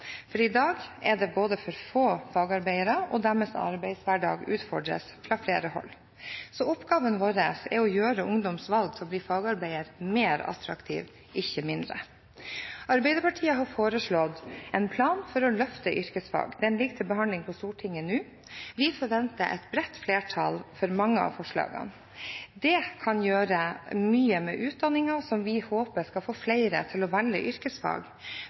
for i dag er det både for få fagarbeidere og deres arbeidshverdag utfordres fra flere hold. Så oppgaven vår er å gjøre ungdoms valg om å bli fagarbeider mer attraktivt, ikke mindre. Arbeiderpartiet har foreslått en plan for å løfte yrkesfag. Den ligger til behandling i Stortinget nå. Vi forventer et bredt flertall for mange av forslagene. Det kan gjøre mye med utdanningen som vi håper skal få flere til å velge yrkesfag,